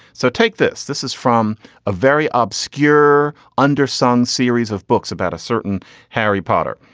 so take this this is from a very obscure under sun series of books about a certain harry potter.